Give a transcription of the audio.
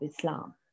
Islam